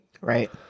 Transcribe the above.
Right